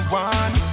one